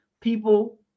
people